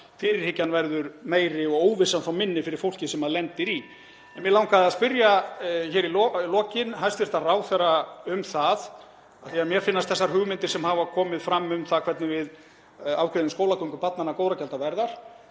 fyrirhyggjan verði meiri og óvissan þá minni fyrir fólki sem lendir í því. En mig langaði að spyrja hæstv. ráðherra hér í lokin, af því að mér finnast þessar hugmyndir sem hafa komið fram um það hvernig við ákveðum skólagöngu barnanna góðra gjalda verðar: